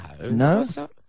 No